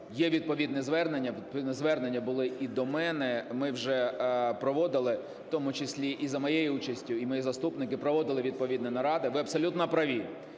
є відповідне звернення, відповідні звернення були і до мене, ми вже проводили в тому числі і за моєю участю, і мої заступники проводили відповідні наради. Ви абсолютно праві,